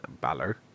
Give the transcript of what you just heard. Balor